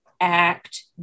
act